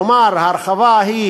כלומר, ההרחבה היא